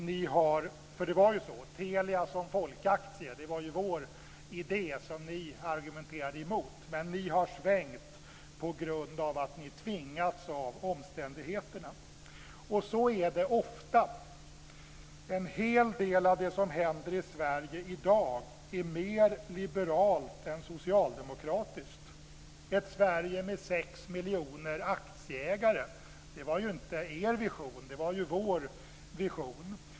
Teliaaktien som folkaktie var ju vår idé som ni argumenterade emot. Ni har svängt på grund av att ni har tvingats av omständigheterna. Och så är det ofta. En hel del av det som händer i Sverige i dag är mer liberalt än socialdemokratiskt. Ett Sverige med 6 miljoner aktieägare var ju inte er vision. Det var vår vision.